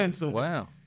Wow